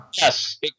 yes